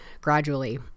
gradually